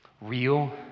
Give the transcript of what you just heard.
Real